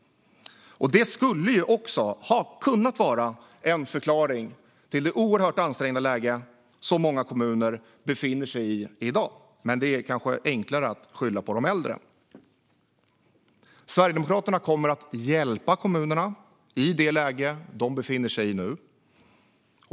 Det skulle också ha kunnat vara en förklaring till det oerhört ansträngda läge som många kommuner i dag befinner sig i. Men det är kanske enklare att skylla på de äldre. Sverigedemokraterna kommer att hjälpa kommunerna i det läge som de befinner sig i nu.